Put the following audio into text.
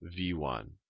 v1